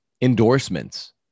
endorsements